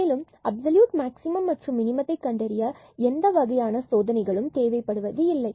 மேலும் absolute maximum மற்றும் மினிமத்தை கண்டறிய எந்த வகையான சோதனைகளும் தேவைப்படுவது இல்லை